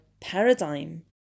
paradigm